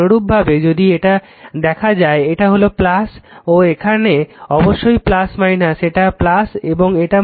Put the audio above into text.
অনুরূপভাবে যদি এটা দেখা যায় এটা হলো ও এখানে অবশ্যই এখানে এটা এখানে এটা